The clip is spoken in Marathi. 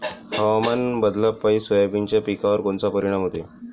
हवामान बदलापायी सोयाबीनच्या पिकावर कोनचा परिणाम होते?